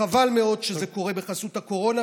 חבל מאוד שזה קורה בחסות הקורונה,